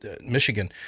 Michigan